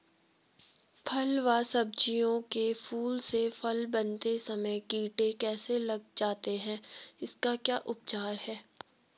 फ़ल व सब्जियों के फूल से फल बनते समय कीड़े कैसे लग जाते हैं इसका क्या उपचार है?